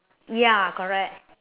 ya correct